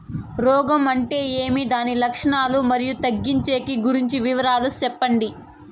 రోగం అంటే ఏమి దాని లక్షణాలు, మరియు తగ్గించేకి గురించి వివరాలు సెప్పండి?